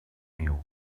niu